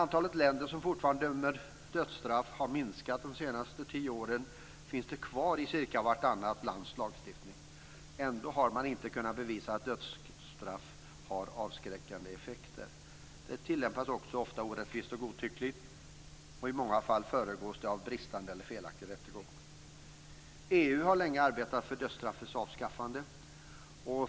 Antalet länder som fortfarande utdömer dödsstraff har minskat de senaste tio åren, men det finns kvar i cirka vartannat lands lagstiftning. Ändå har man inte kunnat bevisa att dödsstraff har avskräckande effekter. Det tillämpas också ofta orättvist och godtyckligt. I många fall föregås det av en bristande eller felaktig rättegång. EU har länge arbetat för dödsstraffets avskaffande.